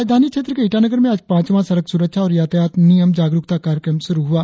राजधानी क्षेत्र के ईटानगर में आज पांचवा सड़क सुरक्षा और यातायात नियम जागरुकता कार्यक्रम श्रुरु हुआ